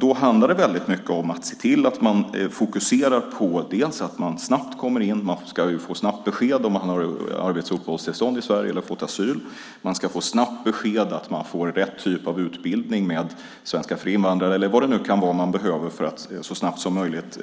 Då handlar det väldigt mycket om att se till att de snabbt kommer in. De ska få snabbt besked om de har fått arbets och uppehållstillstånd i Sverige eller fått asyl. De ske få snabbt besked om rätt typ av utbildning med svenska för invandrare eller vad det nu kan vara de behöver för att så snabbt som möjligt